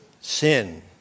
sin